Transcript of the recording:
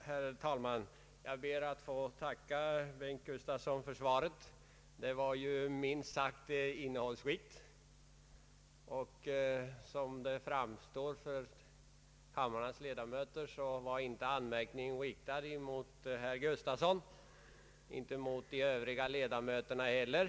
Herr talman! Jag ber att få tacka herr Bengt Gustavsson för svaret — det var minst sagt innehållsrikt. Som kammarens ledamöter förstår var anmärkningen inte riktad mot herr Gustavsson, och inte mot de övriga l1edamöterna heller.